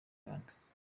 rwanda